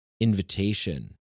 invitation